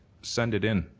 send it in.